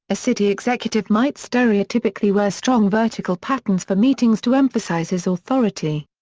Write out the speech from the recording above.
a city executive might stereotypically wear strong vertical patterns for meetings to emphasise his authority.